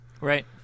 right